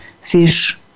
fish